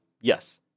Yes